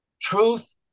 truth